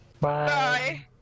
Bye